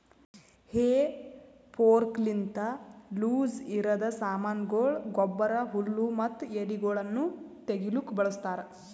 ಹೇ ಫೋರ್ಕ್ಲಿಂತ ಲೂಸಇರದ್ ಸಾಮಾನಗೊಳ, ಗೊಬ್ಬರ, ಹುಲ್ಲು ಮತ್ತ ಎಲಿಗೊಳನ್ನು ತೆಗಿಲುಕ ಬಳಸ್ತಾರ್